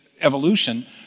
evolution